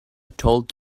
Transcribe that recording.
told